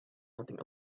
nothing